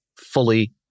fully